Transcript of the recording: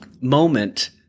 moment